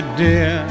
dear